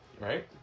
Right